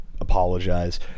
apologize